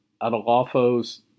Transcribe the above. Adolfo's